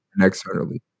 externally